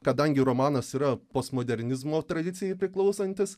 kadangi romanas yra postmodernizmo tradicijai priklausantis